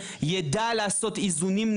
לא נעצור את החקיקה, זה לא הגיוני.